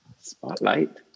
Spotlight